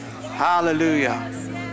hallelujah